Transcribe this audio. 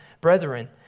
brethren